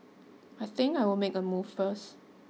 I think I'll make a move first